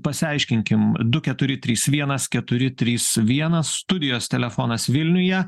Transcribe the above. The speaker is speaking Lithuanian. pasiaiškinkim du keturi trys vienas keturi trys vienas studijos telefonas vilniuje